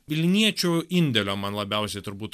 vilniečių indėlio man labiausiai turbūt